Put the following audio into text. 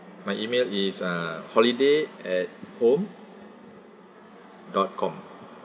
my email is uh holiday at home dot com